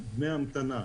דמי המתנה.